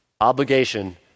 obligation